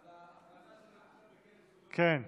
על ההחלטה שלו להכיר במדינת ישראל כמדינה יהודית.